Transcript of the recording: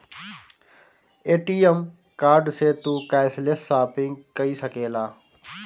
ATM card से तू cashless shopping कई सकेला